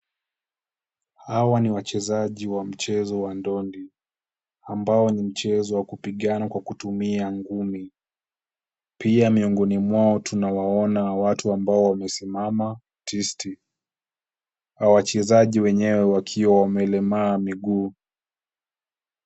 Hawa ni wachezaji wa mchezo wa ndondi ambao ni mchezo wa kupigana kwa kutumia ngumi. Pia miongoni wao tunawaona watu ambao wamesimama tisti ,wachezaji wenyewe wakiwa wamelemaa miguu.